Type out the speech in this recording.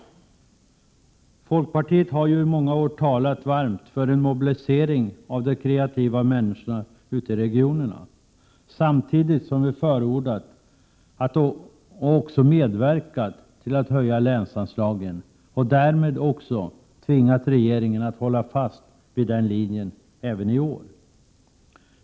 Folkpartiet har ju i många år talat varmt för en mobilisering av de kreativa människorna ute i regionerna ,samtidigt som vi förordat och också medverkat tillen höjning av länsanslagen och därmed tvingat regeringen att hålla fast vid den linjen även i år.